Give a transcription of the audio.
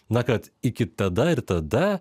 na kad iki tada ir tada